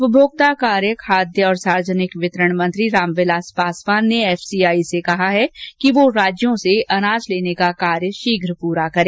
उपभोक्ता कार्य खाद्य और सार्वजनिक वितरण मंत्री राम विलास पासवान ने एफसीआई से कहा है कि वह राज्यों से अनाज लेने का कार्य शीघ्र पूरा करे